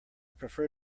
prefer